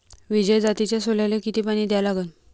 विजय जातीच्या सोल्याले किती पानी द्या लागन?